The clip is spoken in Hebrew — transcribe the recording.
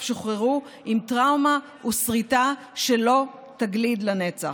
שוחררו עם טראומה וסריטה שלא תגליד לנצח.